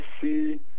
see